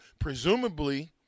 presumably –